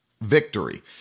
victory